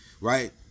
right